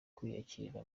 kwiyakirira